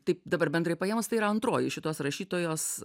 taip dabar bendrai paėmus tai yra antroji šitos rašytojos